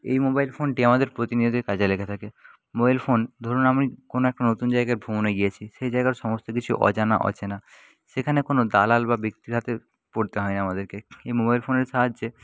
এই মোবাইল ফোনটি আমাদের প্রতিনিয়তই কাজে লেগে থাকে মোবাইল ফোন ধরুন আমি কোনো একটা নতুন জায়গায় ভ্রমণে গিয়েছি সেই জায়গার সমস্ত কিছু অজানা অচেনা সেখানে কোনো দালাল বা ব্যক্তির হাতে পড়তে হয় নি আমাদেরকে এই মোবাইল ফোনের সাহায্যে